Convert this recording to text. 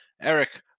Eric